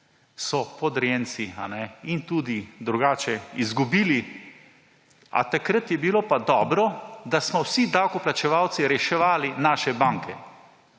so podrejenci in tudi drugače izgubili. A takrat je bilo pa dobro, da smo vsi davkoplačevalci reševali naše banke?